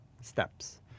steps